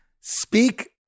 speak